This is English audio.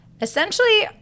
essentially